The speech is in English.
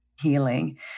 healing